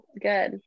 Good